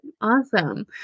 Awesome